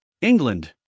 England